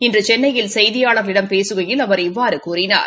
இன்று சென்னையில் செய்தியாளாகளிடம் பேசுகையில் அவா் இவ்வாறு கூறினார்